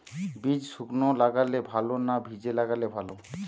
বীজ শুকনো লাগালে ভালো না ভিজিয়ে লাগালে ভালো?